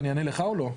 אני אענה לך או לו?